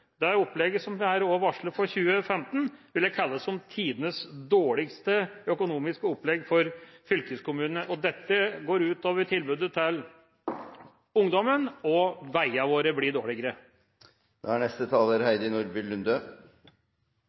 Det opplegget som er varslet for 2015, vil jeg kalle tidenes dårligste økonomiske opplegg for fylkeskommunene, og dette går ut over tilbudet til ungdommen – og veiene våre blir dårligere.